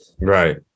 Right